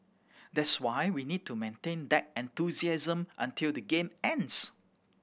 that's why we need to maintain that enthusiasm until the game ends